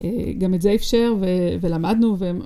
גם את זה אפשר, ולמדנו, ו...